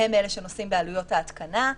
הם אלה שנושאים בעלויות ההתקנה.